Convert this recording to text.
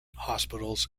hospitals